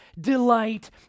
delight